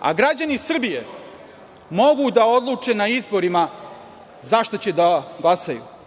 a građani Srbije mogu da odluče na izborima za koga će da glasaju.I